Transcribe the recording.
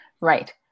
Right